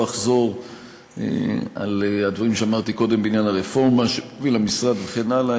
לא אחזור על דברים שאמרתי קודם בעניין הרפורמה שיוביל המשרד וכן הלאה,